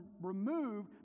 remove